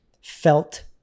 felt